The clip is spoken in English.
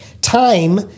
Time